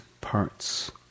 parts